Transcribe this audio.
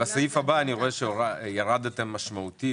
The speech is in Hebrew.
בסעיף הבא אני רואה שירדתם משמעותית,